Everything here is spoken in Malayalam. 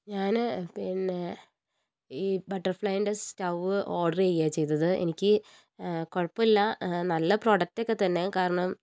ഞാൻ പിന്നെ ഈ ബട്ടർ ഫ്ലൈയ്യിൻ്റെ സ്റ്റൗ ഓർഡർ ചെയ്തു ചെയ്തത് എനിക്ക് കുഴപ്പമില്ല നല്ല പ്രോഡക്ട് ഒക്കെ തന്നെ കാരണം